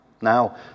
Now